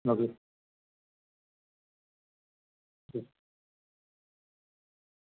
मगर